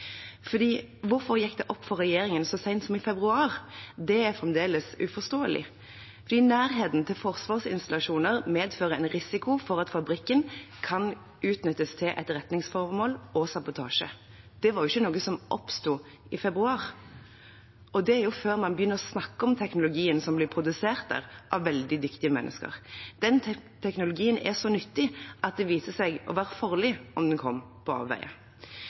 hvorfor gikk det opp for regjeringen så sent som i februar? Det er fremdeles uforståelig. Nærheten til forsvarsinstallasjoner medfører en risiko for at fabrikken kan «utnyttes til etterretningsformål og sabotasje». Det var jo ikke noe som oppsto i februar. Og det er før man begynner å snakke om teknologien som blir produsert der, av veldig dyktige mennesker. Den teknologien er så nyttig at det viste seg å være farlig om den kom på avveier.